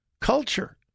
Culture